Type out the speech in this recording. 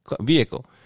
vehicle